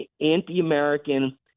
anti-American